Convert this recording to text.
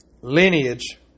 lineage